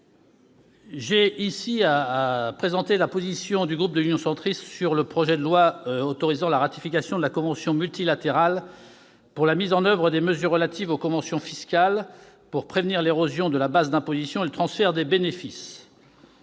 aujourd'hui la position du groupe Union Centriste sur le projet de loi autorisant la ratification de la convention multilatérale pour la mise en oeuvre des mesures relatives aux conventions fiscales pour prévenir l'érosion de la base d'imposition et le transfert de bénéfices.